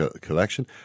collection